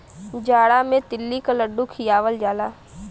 जाड़ा मे तिल्ली क लड्डू खियावल जाला